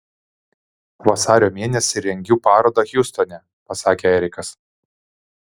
vasario mėnesį rengiu parodą hjustone pasakė erikas